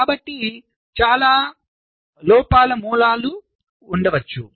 కాబట్టి చాలా లోపాల మూలాలు ఉండవచ్చు